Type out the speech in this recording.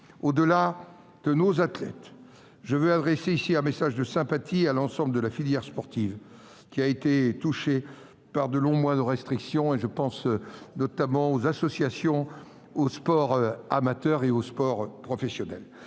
Au-delà de nos athlètes, je veux adresser ici un message de sympathie à l'ensemble de la filière sportive, touchée par de longs mois de restrictions. J'ai à l'esprit notamment les associations, le sport amateur comme le sport professionnel.